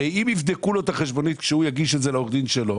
הרי אם יבדקו לו את החשבונית כשהוא יגיש אותה לעורך הדין שלו,